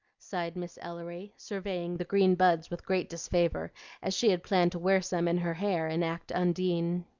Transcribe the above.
sighed miss ellery, surveying the green buds with great disfavor as she had planned to wear some in her hair and act undine.